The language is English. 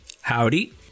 Howdy